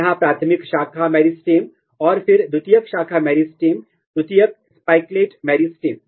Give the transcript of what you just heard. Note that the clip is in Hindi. यहाँ प्राथमिक शाखा मेरिस्टेम और फिर द्वितीयक शाखा मेरिस्टेम द्वितीयक स्पाइकलेट मेरिस्टेम